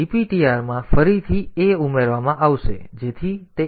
તેથી dptr સાથે તેથી આ ફરીથી a ઉમેરવામાં આવશે જેથી તે 1001 બનશે